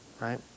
right